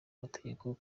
mategeko